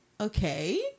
okay